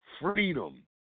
freedom